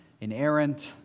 inerrant